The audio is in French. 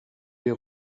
les